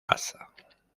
pasa